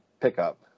pickup